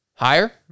Higher